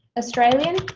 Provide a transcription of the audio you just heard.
australian,